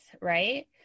right